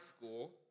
school